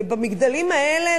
ובמגדלים האלה,